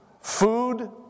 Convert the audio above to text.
food